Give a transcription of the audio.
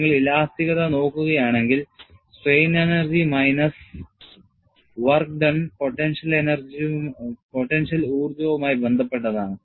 നിങ്ങൾ ഇലാസ്തികത നോക്കുകയാണെങ്കിൽ strain energy minus work done potential ഊർജ്ജവുമായി ബന്ധപ്പെട്ടതാണ്